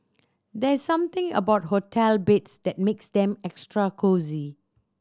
there's something about hotel beds that makes them extra cosy